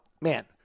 man